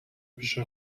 پیش